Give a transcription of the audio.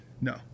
No